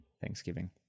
Thanksgiving